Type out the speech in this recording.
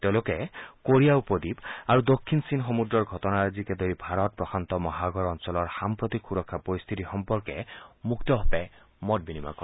তেওঁলোকে কোৰিয়া উপদ্বীপ আৰু দক্ষিণ চীন সমূদ্ৰৰ ঘটনাৰাজিকে ধৰি ভাৰত প্ৰশান্ত মহাসাগৰ অঞ্চলৰ সাম্প্ৰতিক সুৰক্ষা পৰিশ্থিতি সম্পৰ্কে মুক্তভাৱে মত বিনিময় কৰে